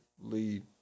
lead